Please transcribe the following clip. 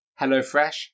HelloFresh